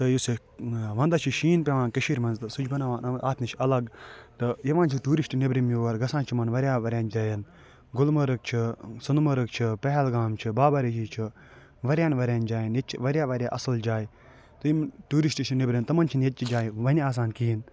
تہٕ یُس یہِ وَنٛدَس چھِ شیٖن پٮ۪وان کٔشیٖرِ منٛز تہٕ سُہ چھِ بناوان یِمَن اَتھ نِش الگ تہٕ یِوان چھِ ٹوٗرِسٹ نیٚبرِم یور گژھان چھِ یِمَن واریاہ واریاہَن جایَن گُلمَرٕگ چھِ سۄنہٕ مرگ چھِ پہلگام چھِ بابا ریٖشی چھِ واریاہَن واریاہَن جایَن ییٚتہِ چھِ واریاہ واریاہ اَصٕل جایہِ تِم ٹوٗرِسٹ چھِ نیٚبرِم تِمَن چھِنہٕ ییٚتچہِ جایہِ وَنہِ آسان کِہیٖنۍ